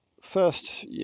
First